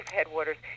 Headwaters